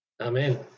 Amen